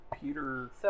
Peter